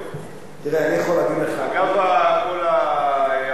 אגב כל האשמות השווא.